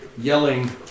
yelling